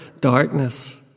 darkness